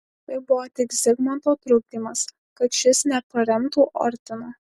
tai buvo tik zigmanto trukdymas kad šis neparemtų ordino